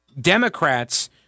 Democrats